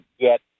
get